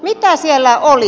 mitä siellä oli